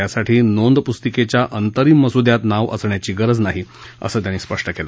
त्यासाठी नोंद पुस्तिकेच्या अंतरिम मसुद्यात नाव असण्याची गरज नाही असं त्यांनी सांगितलं